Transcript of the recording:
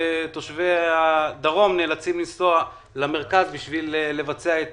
שתושבי הדרום נאלצים לנסוע למרכז בשביל לבצע את